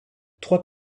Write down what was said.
trois